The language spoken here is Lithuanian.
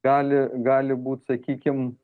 gali gali būt sakykim